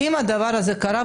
אם הדבר הזה קרה,